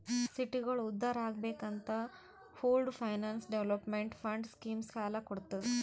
ಸಿಟಿಗೋಳ ಉದ್ಧಾರ್ ಆಗ್ಬೇಕ್ ಅಂತ pooled finance development fund scheme ಸಾಲ ಕೊಡ್ತುದ್